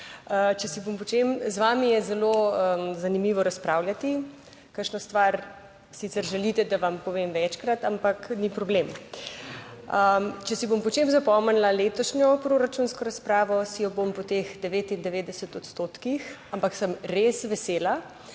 Z vami je zelo zanimivo razpravljati, kakšno stvar sicer želite, da vam povem večkrat, ampak ni problem. Če si bom po čem zapomnila letošnjo proračunsko razpravo, si jo bom po teh 99 odstotkih, ampak sem res vesela,